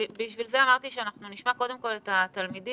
בשביל זה אמרתי שאנחנו נשמע קודם כל את התלמידים,